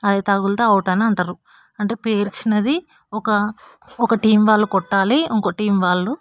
అది తగిలితే అవుట్ అని అంటారు అంటే పేర్చినది ఒక ఒక టీమ్ వాళ్ళు కొట్టాలి ఇంకొక టీమ్ వాళ్ళు